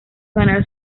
ganar